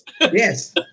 Yes